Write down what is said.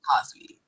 Cosby